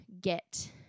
get